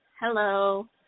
Hello